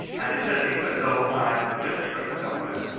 and he said even though i'm a minister in the government,